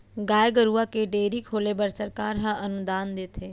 गाय गरूवा के डेयरी खोले बर सरकार ह अनुदान देथे